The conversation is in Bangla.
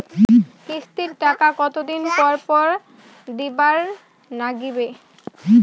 কিস্তির টাকা কতোদিন পর পর দিবার নাগিবে?